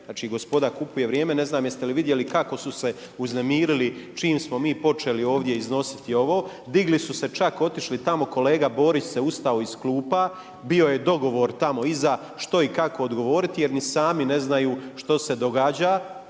znači gospoda kupuje vrijeme. Ne znam, jeste li vidjeli kako su se uznemirili čim smo mi počeli ovdje iznositi ovo, digli su se čak, otišli tamo, kolega Borić se ustao iz klupa, bio je dogovor tamo iza, što i kako odgovoriti, jer ni sami ne znaju što se događa,